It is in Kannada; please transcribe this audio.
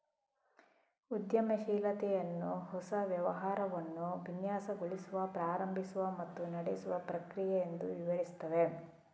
ಉದ್ಯಮಶೀಲತೆಯನ್ನು ಹೊಸ ವ್ಯವಹಾರವನ್ನು ವಿನ್ಯಾಸಗೊಳಿಸುವ, ಪ್ರಾರಂಭಿಸುವ ಮತ್ತು ನಡೆಸುವ ಪ್ರಕ್ರಿಯೆ ಎಂದು ವಿವರಿಸುತ್ತವೆ